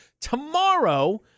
Tomorrow